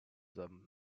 them